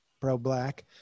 pro-black